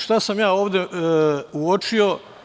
Šta sam ja ovde uočio?